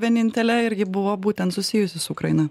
vienintelė irgi buvo būtent susijusi su ukraina